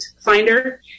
finder